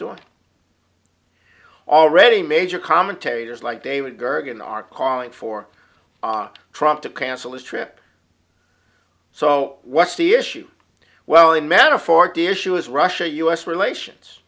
doing already major commentators like david gergen are calling for trump to cancel his trip so what's the issue well in metaphor dishes russia u s relations